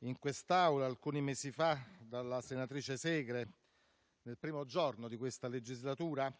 in quest'Aula dalla senatrice Segre, il primo giorno della legislatura,